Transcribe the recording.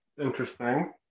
interesting